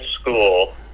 school